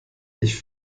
ich